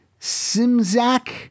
Simzak